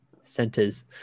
centers